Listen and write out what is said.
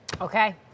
Okay